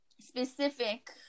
specific